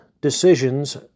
decisions